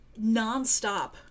nonstop